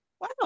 Wow